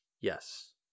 Yes